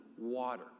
water